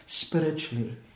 spiritually